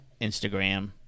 Instagram